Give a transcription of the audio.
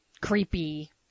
creepy